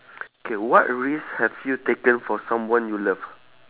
K what risk have you taken for someone you love